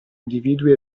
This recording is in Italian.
individui